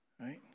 right